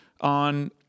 on